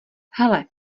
hele